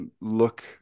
look